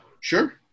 Sure